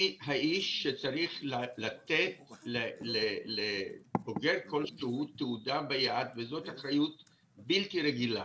אני האיש שצריך לתת לאובייקט כלשהו תעודה ביד וזאת אחריות בלתי רגילה.